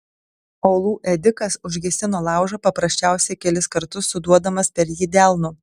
uolų ėdikas užgesino laužą paprasčiausiai kelis kartus suduodamas per jį delnu